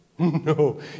No